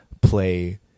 play